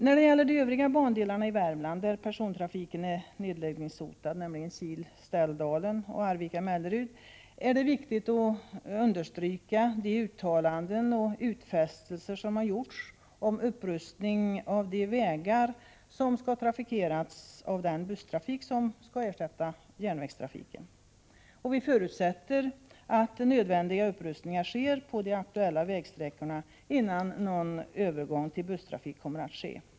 När det gäller de övriga bandelarna i Värmland där persontrafiken är nedläggningshotad, nämligen Kil-Ställdalen och Arvika-Mellerud, är det viktigt att understryka de uttalanden och utfästelser som gjorts om upprustning av de vägar som skall trafikeras av den busstrafik som skall ersätta järnvägstrafiken. Vi förutsätter att nödvändiga upprustningar på de aktuella vägsträckorna sker innan någon övergång till busstrafik kommer att ske.